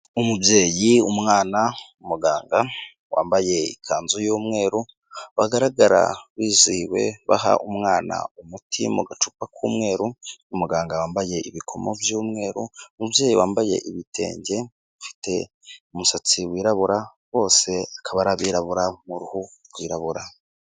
Umubyeyi, umwana, umuganga wambaye ikanzu y'umweru bagaragara bizehiwe baha umwana umuti mu gacupa k'umweru. Umuganga wambaye ibikomo by'umweru, umubyeyi wambaye ibitenge afite umusatsi wirabura bose akaba ari abirabura, mu ruhu rw'irabura.